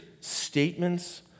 statements